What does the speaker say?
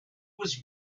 was